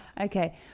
Okay